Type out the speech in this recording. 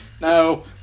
no